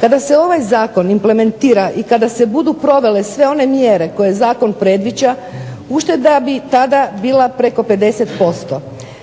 Kada se ovaj Zakon implementira i kada se budu provele sve one mjere koje Zakon predviđa ušteda bi tada bila preko 50%